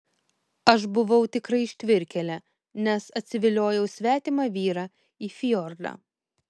aš buvau tikra ištvirkėlė nes atsiviliojau svetimą vyrą į fjordą